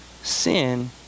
Sin